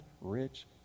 rich